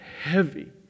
Heavy